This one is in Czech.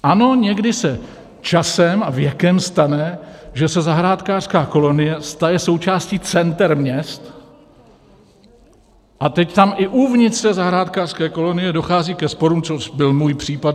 Ano, někdy se časem a věkem stane, že se zahrádkářská kolonie stane součástí center měst, a teď tam i uvnitř té zahrádkářské kolonie dochází ke sporům, což byl můj případ.